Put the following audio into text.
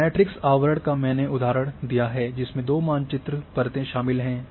matrix आवरण का मैंने उदाहरण दिया है जिसमें दो मानचित्र परतें शामिल थीं